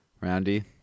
Roundy